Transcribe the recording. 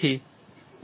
તેથી